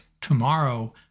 tomorrow